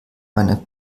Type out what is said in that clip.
meiner